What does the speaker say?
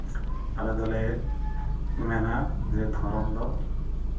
ᱟᱞᱮ ᱫᱚᱞᱮ ᱢᱮᱱᱟ ᱡᱮ ᱫᱷᱚᱨᱚᱢ ᱫᱚ